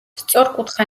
სწორკუთხა